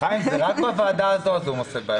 חיים, זה רק בוועדה הזאת קורה.